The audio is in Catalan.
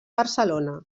barcelona